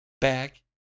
Back